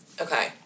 Okay